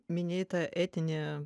minėjai tą etinę